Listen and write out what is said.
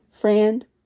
Friend